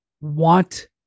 Want